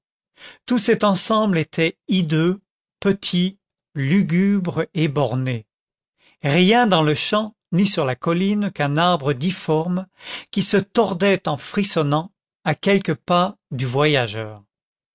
tout cet ensemble était hideux petit lugubre et borné rien dans le champ ni sur la colline qu'un arbre difforme qui se tordait en frissonnant à quelques pas du voyageur